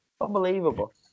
Unbelievable